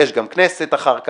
יש גם כנסת אחר כך,